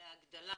להגדלה